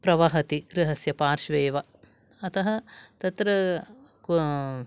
प्रवहति गृहस्य पार्श्वे एव अतः तत्र